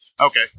Okay